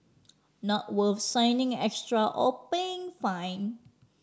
not worth signing extra or paying fine